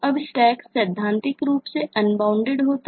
अब Stack सैद्धांतिक रूप से अनबाउंडेड होता है